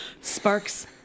sparks